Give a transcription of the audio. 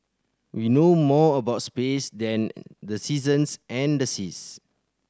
we know more about space than the seasons and the seas